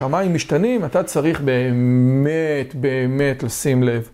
כמה הם משתנים אתה צריך באמת באמת לשים לב.